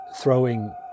throwing